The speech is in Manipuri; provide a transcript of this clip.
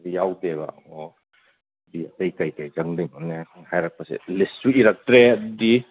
ꯑꯗꯨ ꯌꯥꯎꯗꯦꯕ ꯑꯣ ꯑꯗꯨꯗꯤ ꯑꯇꯩ ꯀꯩ ꯀꯩ ꯆꯪꯗꯣꯏꯅꯣꯅꯦ ꯍꯥꯏꯔꯛꯄꯁꯦ ꯂꯤꯁꯁꯨ ꯏꯔꯛꯇ꯭ꯔꯦ ꯑꯗꯨꯗꯤ